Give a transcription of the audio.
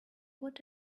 what